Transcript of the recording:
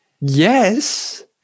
Yes